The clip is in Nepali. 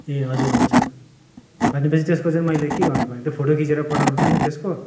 ए हजुर हुन्छ भनेपछि त्यसको चाहिँ मैले के गर्नुपर्ने त्यो फोटो खिचेर पठाउनुपर्ने त्यसको